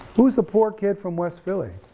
who's the poor kid from west philly?